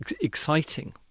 exciting